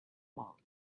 monk